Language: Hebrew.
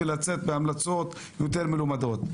ולצאת בהמלצות יותר מלומדות.